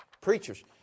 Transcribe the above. preachers